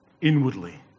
inwardly